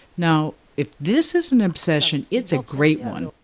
now, if this is an obsession, it's a great one.